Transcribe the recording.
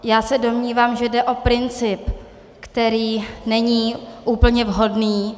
Já se domnívám, že jde o princip, který není úplně vhodný.